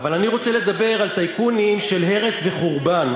אבל אני רוצה לדבר על טייקונים של הרס וחורבן,